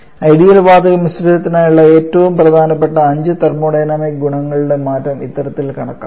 ideal വാതക മിശ്രിതത്തിനായുള്ള ഏറ്റവും പ്രധാനപ്പെട്ട അഞ്ച് തെർമോഡൈനാമിക് ഗുണങ്ങളുടെ മാറ്റം ഇത്തരത്തിൽ കണക്കാക്കാം